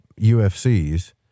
UFCs